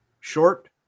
Short